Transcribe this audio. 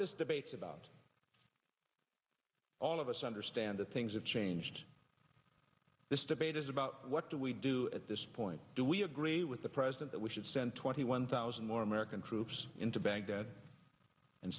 this debates about all of us understand the things that changed this debate is about what do we do at this point do we agree with the president that we should send twenty one thousand more american troops into baghdad and